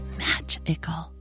magical